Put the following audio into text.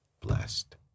blessed